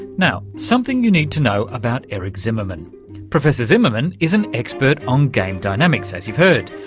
now, something you need to know about eric zimmerman professor zimmerman is an expert on game dynamics, as you've heard,